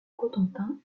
cotentin